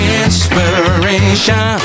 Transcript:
inspiration